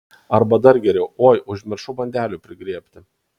arba dar geriau oi užmiršau bandelių prigriebti